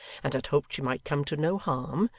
and had hoped she might come to no harm,